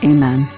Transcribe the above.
Amen